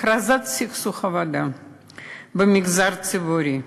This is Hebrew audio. הכרזת סכסוך עבודה במגזר הציבורי,